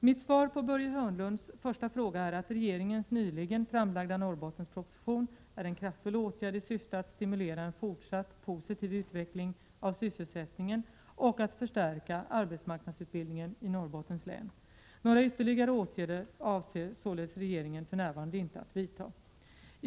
Mitt svar på Börje Hörnlunds första fråga är att regeringens nyligen framlagda Norrbottensproposition är en kraftfull åtgärd i syfte att stimulera en fortsatt positiv utveckling av sysselsättningen och att förstärka arbetsmarknadsutbildningen i Norrbottens län. Några ytterligare åtgärder avser således regeringen för närvarande inte att vidta.